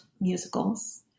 musicals